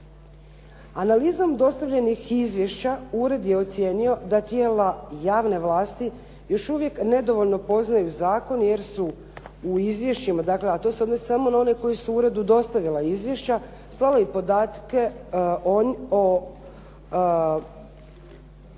Analizom dostavljenih izvješća ured je ocijenio da tijela javne vlasti još uvijek nedovoljno poznaju zakon, jer su u izvješćima dakle a to se odnosi samo na one koji uredu dostavila izvješća, slala i podatke o broj svih